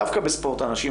דווקא בספורט הנשים,